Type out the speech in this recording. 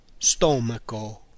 stomaco